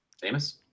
Famous